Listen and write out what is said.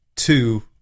two